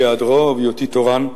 בהיעדרו ובהיותי תורן,